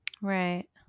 Right